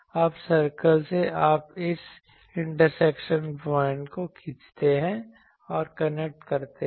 अब सर्कल से आप इस इंटरसेक्शन पॉइंट को खींचते हैं और कनेक्ट करते हैं